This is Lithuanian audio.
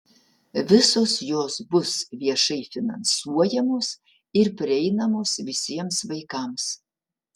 visos jos bus viešai finansuojamos ir prieinamos visiems vaikams